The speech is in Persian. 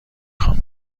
خوام